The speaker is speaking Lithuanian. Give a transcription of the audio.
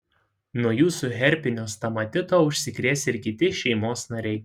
nuo jūsų herpinio stomatito užsikrės ir kiti šeimos nariai